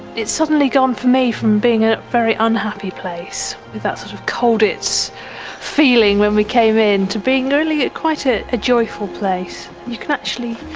it's suddenly gone for me from being a very unhappy place, with that sort of colditz feeling when we came in, to being really ah quite ah a joyful place. you can actually